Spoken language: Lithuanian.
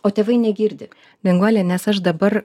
o tėvai negirdi danguolė nes aš dabar